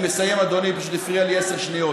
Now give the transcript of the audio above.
אני מסיים, אדוני, פשוט היא הפריעה לי, עשר שניות.